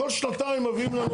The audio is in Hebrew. כל שנתיים מביאים לנו,